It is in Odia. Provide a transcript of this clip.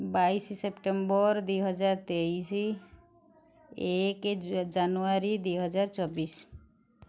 ବାଇଶି ସେପ୍ଟେମ୍ବର ଦୁଇହଜାର ତେଇଶି ଏକ ଜାନୁଆରୀ ଦୁଇହଜାର ଚବିଶି